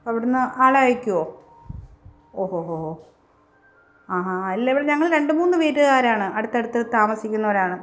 അവിടുന്ന് ആളെ അയക്കുമോ ഓഹോ ഹോ ഹോ ആഹാ അല്ല ഇവിടെ ഞങ്ങൾ രണ്ട് മൂന്ന് പേരുകാരാണ് അടുത്തടുത്ത് താമസിക്കുന്നവരാണ്